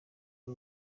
ari